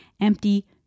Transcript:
empty